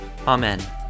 Amen